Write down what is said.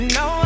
no